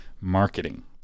marketing